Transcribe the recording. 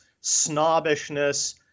snobbishness